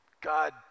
God